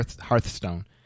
Hearthstone